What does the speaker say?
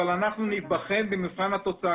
אבל אנחנו נבחן במבחן התוצאה.